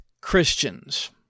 Christians